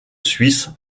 suisse